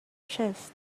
chest